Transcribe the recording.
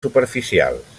superficials